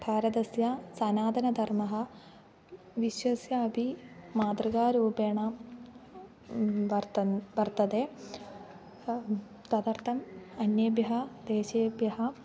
भारतस्य सनातनधर्मः विश्वस्य अपि मातृकारूपेण वर्तन्ते वर्तते तदर्थम् अन्येभ्यः देशेभ्यः